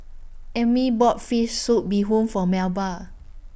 Ami bought Fish Soup Bee Hoon For Melba